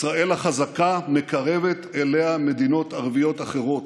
ישראל החזקה מקרבת אליה מדינות ערביות אחרות,